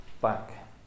back